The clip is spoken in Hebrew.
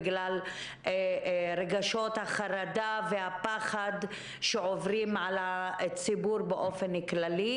בגלל רגשות החרדה והפחד שעוברים על הציבור באופן כללי.